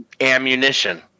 ammunition